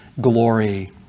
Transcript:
glory